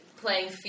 playing